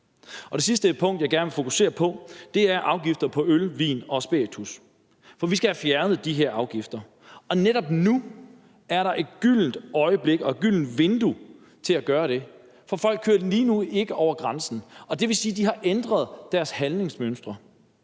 Det sidste punkt, jeg gerne vil fokusere på, er afgifter på øl, vin og spiritus. Vi skal have fjernet de her afgifter, og netop nu er der et gyldent øjeblik og et åbent vindue til at gøre det, for lige nu kører folk ikke over grænsen. Det vil sige, at de har ændret deres indkøbsmønstre.